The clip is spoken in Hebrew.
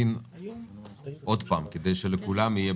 שנתית